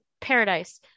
paradise